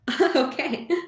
Okay